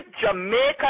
Jamaica